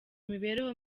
imibereho